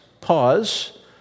pause